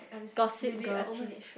Gossip-Girl oh my